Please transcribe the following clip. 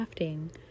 crafting